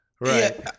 right